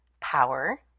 power